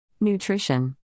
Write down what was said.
Nutrition